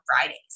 Fridays